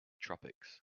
tropics